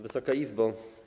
Wysoka Izbo!